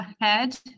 ahead